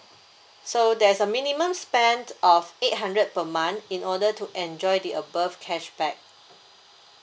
so there's a minimum spend of eight hundred per month in order to enjoy the above cashback